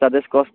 charges cost